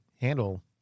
handle